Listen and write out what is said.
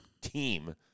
team